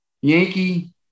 Yankee